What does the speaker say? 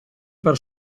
per